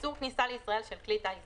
איסור כניסה לישראל של כלי טיס זר.